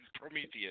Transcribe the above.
Prometheus